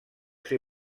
ser